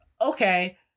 Okay